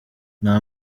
nta